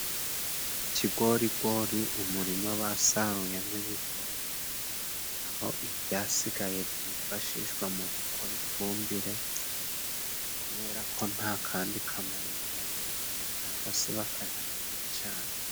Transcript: Ikigorigori umurima basaruyemo ibigori aho ibyasigaye byifashishwa mu gukora ifumbire kubera ko ntakandi kamaro biba bigifite cyangwa se bakaja kubicana.